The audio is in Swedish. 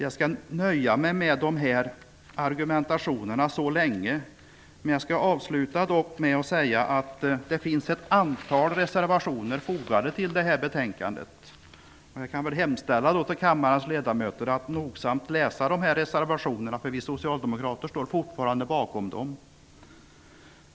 Jag skall nöja mig med den här argumentationen så länge och vill bara avsluta med att säga att det finns ett antal reservationer fogade till betänkandet. Jag hemställer till kammarens ledamöter att nogsamt läsa reservationerna, för vi socialdemokrater står fortfarande bakom dem.